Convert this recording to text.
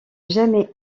jamais